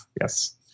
Yes